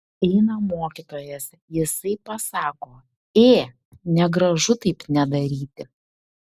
eina mokytojas jisai pasako ė negražu taip nedaryti